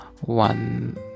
one